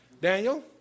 Daniel